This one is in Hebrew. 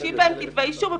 מוגשים בהם כתבי אישום.